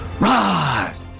rise